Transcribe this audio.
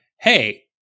hey